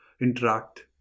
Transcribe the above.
interact